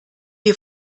dir